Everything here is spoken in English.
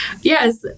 Yes